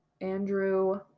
Andrew